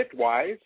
Bitwise